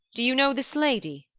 do you know this lady?